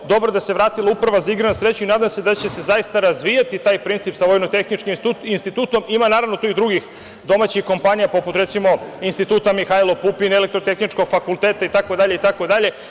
Dobro je da se vratila Uprava za igre na sreću i nadam se da će se zaista razvijati taj princip sa Vojnotehničkim institutom, ima, naravno, tu i drugih domaćih kompanija poput Instituta „Mihajlo Pupin“, Elektrotehničkog fakulteta, i tako dalje.